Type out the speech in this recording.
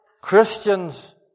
Christians